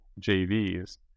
jvs